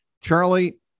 Charlie